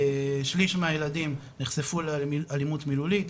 שליש מהילדים נחשפו לאלימות מילולית,